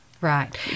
Right